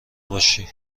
باشی